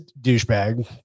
douchebag